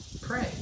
pray